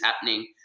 happening